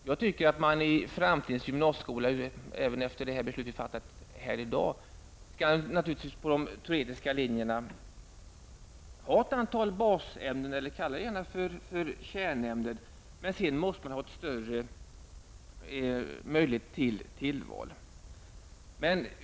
Jag tycker att det på de teoretiska linjerna i framtidens gymnasieskola, även efter dagens beslut, skall finnas ett antal basämnen. Kalla dem gärna för kärnämnen. Men dessutom måste det finnas bättre möjligheter till tillval.